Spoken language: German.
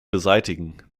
beseitigen